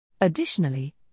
Additionally